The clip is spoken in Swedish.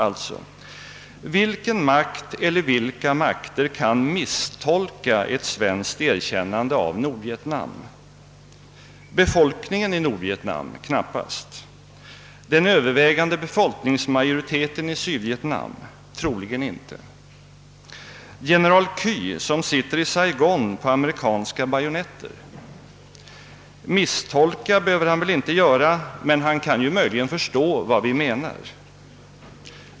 Alltså: Vilken makt eller vilka makter kan »misstolka» ett svenskt erkännande av Nordvietnam? Befolkningen i Nordvietnam? Knappast. Den övervägande befolkningsmajoriteten i Sydvietnam? Troligen inte. General Ky, som sitter i Saigon på amerikanska bajonetter? Misstolka behöver han väl inte göra, men han kan ju möjligen förstå vad vi menar.